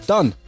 Done